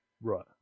right